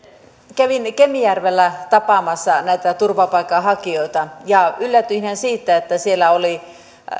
kävin kemijärvellä tapaamassa näitä turvapaikanhakijoita ja yllätyin siitä että siellä